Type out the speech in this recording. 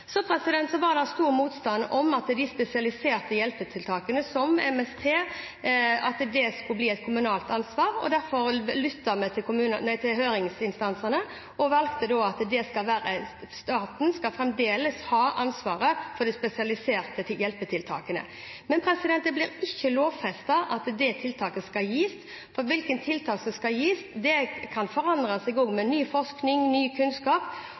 Så var det stor motstand mot at disse spesialiserte hjelpetiltakene, som f.eks. MST, skulle bli et kommunalt ansvar. Derfor lyttet vi til høringsinstansene og valgte at staten fremdeles skal ha ansvaret for de spesialiserte hjelpetiltakene. Men det blir ikke lovfestet at det tiltaket skal gis, for hvilke tiltak som skal gis, kan forandre seg med ny forskning og ny kunnskap.